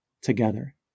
together